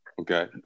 Okay